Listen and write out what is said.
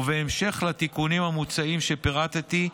ובהמשך לתיקונים המוצעים שפירטתי,